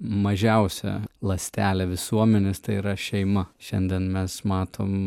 mažiausią ląstelę visuomenės tai yra šeima šiandien mes matom